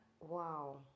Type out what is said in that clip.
Wow